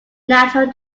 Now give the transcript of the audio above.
natural